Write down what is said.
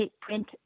print